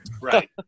Right